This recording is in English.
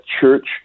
church